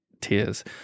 tears